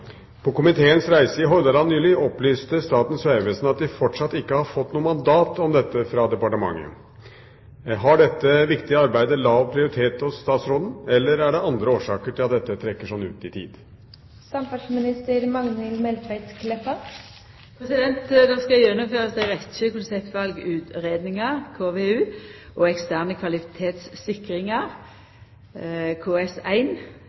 På komiteens reise i Hordaland nylig opplyste Statens vegvesen at de fortsatt ikke hadde fått noe mandat om dette fra departementet. Har dette viktige arbeidet lav prioritet hos statsråden, eller er det andre årsaker til at dette trekker sånn ut i tid?»